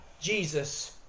Jesus